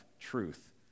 truth